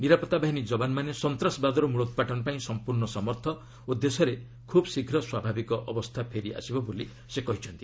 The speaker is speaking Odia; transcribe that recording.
ନିରପତ୍ତା ବାହିନୀ ଯବାନମାନେ ସନ୍ତାସବାଦୀର ମ୍ରଳୋତ୍ପାଟନ ପାଇଁ ସମ୍ପର୍ଣ୍ଣ ସମର୍ଥ ଓ ଦେଶରେ ଖୁବ୍ ଶୀଘ୍ର ସ୍ୱାଭାବିକ ଅବସ୍ଥା ଫେରିଆସିବ ବୋଲି ସେ କହିଛନ୍ତି